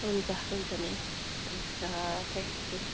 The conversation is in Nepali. हुन्छ हुन्छ म्याम हुन्छ थ्याङ्क्यु